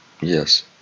Yes